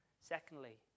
Secondly